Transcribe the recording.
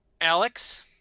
Alex